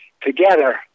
together